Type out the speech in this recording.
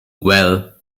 well